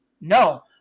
no